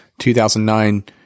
2009